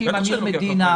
עם אמיר מדינה,